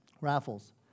Raffles